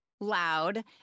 loud